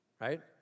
Right